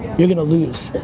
you're going to lose.